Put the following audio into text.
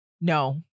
No